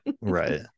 Right